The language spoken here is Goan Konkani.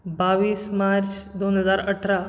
बावीस मार्च दोन हजार अठरा